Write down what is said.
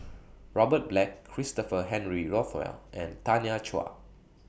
Robert Black Christopher Henry Rothwell and Tanya Chua